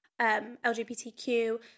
LGBTQ